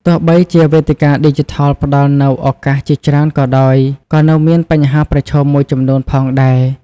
ទោះបីជាវេទិកាឌីជីថលផ្តល់នូវឱកាសជាច្រើនក៏ដោយ ក៏នៅមានបញ្ហាប្រឈមមួយចំនួនផងដែរ។